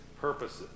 purposes